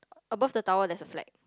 above the tower there's a flag